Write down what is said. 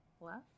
left